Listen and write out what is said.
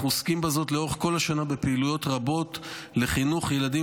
אנחנו עוסקים בזה לאורך כל השנה בפעילויות רבות לחינוך ילדים